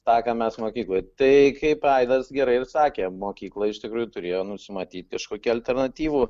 tą ką mes mokykloj tai kaip aidas gerai ir sakė mokykla iš tikrųjų turėjo nusimatyt kažkokį alternatyvų